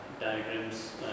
diagrams